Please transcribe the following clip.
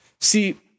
see